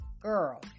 girl